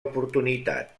oportunitat